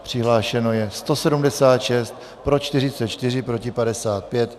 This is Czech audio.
Přihlášeno je 176, pro 44, proti 55.